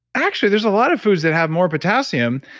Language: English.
actually, there's a lot of foods that have more potassium,